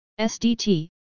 SDT